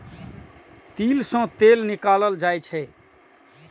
तिल सं तेल निकालल जाइ छै